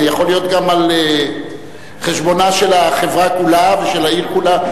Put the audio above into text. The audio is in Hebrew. זה יכול להיות גם על חשבונה של החברה כולה ושל העיר כולה.